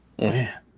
man